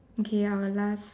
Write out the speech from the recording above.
okay our last